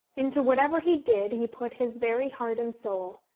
into whatever he did he put his very heart and soul.